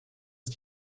ist